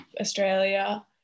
Australia